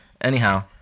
Anyhow